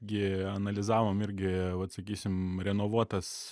gi analizavom irgi vat sakysim renovuotas